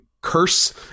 curse